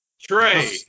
Trey